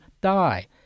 die